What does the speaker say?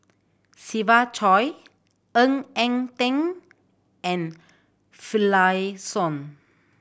Siva Choy Ng Eng Teng and Finlayson